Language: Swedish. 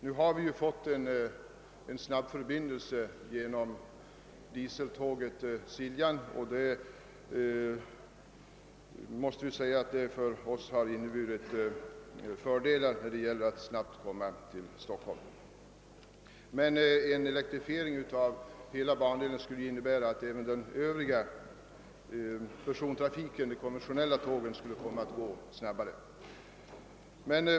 Vi har nu fått en snabbförbindelse genom dieseltåget Siljan, vilket inneburit en vinst när det gäller att snabbt komma ned till Stockholm. En elektrifiering av hela bandelen skulle emellertid innebära att även den övriga persontrafiken med de konventionella tågen skulle gå snabbare.